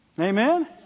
Amen